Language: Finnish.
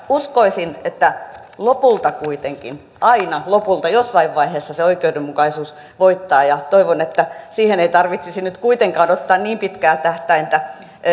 uskoisin että aina lopulta kuitenkin jossain vaiheessa se oikeudenmukaisuus voittaa ja toivon että siihen ei tarvitsisi nyt kuitenkaan ottaa niin pitkää tähtäintä